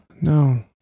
No